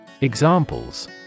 Examples